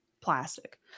plastic